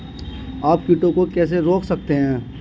आप कीटों को कैसे रोक सकते हैं?